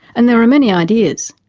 and there are many ideas.